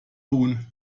huhn